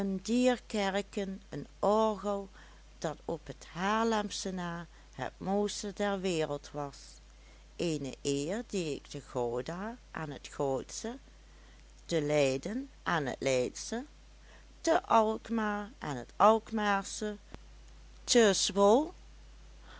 dier kerken een orgel dat op het haarlemsche na het mooiste der wereld was eene eer die ik te gouda aan het goudsche te leidon aan het leidsche te alkmaar aan het alkmaarsche te zwol